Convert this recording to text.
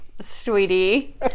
sweetie